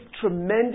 tremendous